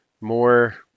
more